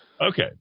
Okay